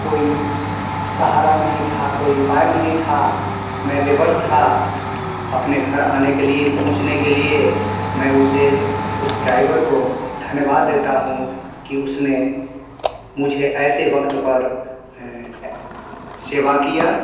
कोई सहारा नहीं था कोई उपाय नहीं था मैं विवश था अपने घर आने के लिए पहुँचने के लिए मैं उसे उस ड्राइवर को धन्यवाद देता हूँ कि उसने मुझे ऐसे वक्त पर सेवा किया